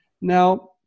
Now